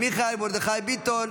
מיכאל מרדכי ביטון,